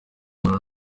muntu